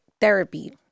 therapy